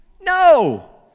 No